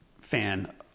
fan